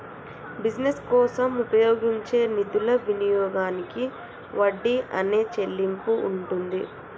business కోసం ఉపయోగించే నిధుల వినియోగానికి వడ్డీ అనే చెల్లింపు ఉంటుంది